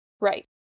Right